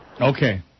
Okay